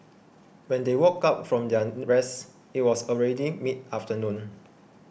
when they woke up from their rest it was already mid afternoon